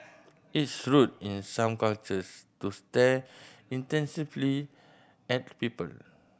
it's rude in some cultures to stare intensively at people